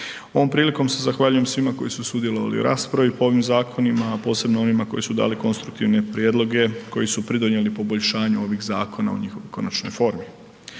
Ovom prilikom se zahvaljujem svima koji su sudjelovali u raspravi po ovim zakonima, a posebno onima koji su dali konstruktivne prijedloge koji su pridonijeli poboljšanju ovih zakona u njihovoj konačnoj formi.